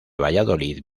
valladolid